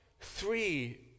three